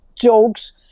jokes